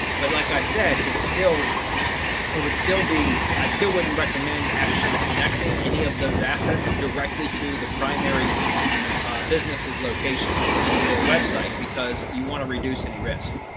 but like i said, it's still it would still be i still wouldn't recommend actually connecting any of those assets directly to the primary businesses location or websites because you want to reduce any risk.